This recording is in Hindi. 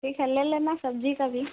ठीक है ले लेना सब्जी का भी